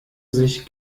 sich